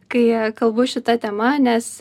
kai kalbu šita tema nes